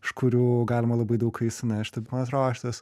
iš kurių galima labai daug ką išsinešti man atrodo šitas